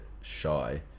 shy